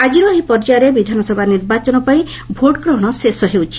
ଆଜିର ଏହି ପର୍ଯ୍ୟାୟରେ ବିଧାନସଭା ନିର୍ବାଚନ ପାଇଁ ଭୋଟ୍ଗ୍ରହଣ ଶେଷ ହେଉଛି